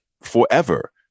forever